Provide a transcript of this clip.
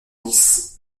dix